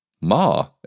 Ma